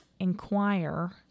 inquire